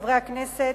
חברי הכנסת,